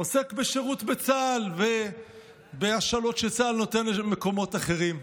עוסק בשירות בצה"ל ובהשאלות שצה"ל נותן למקומות אחרים.